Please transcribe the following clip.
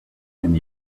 and